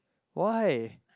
why